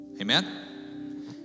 amen